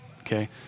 okay